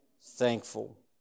Thankful